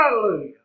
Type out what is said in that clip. Hallelujah